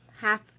half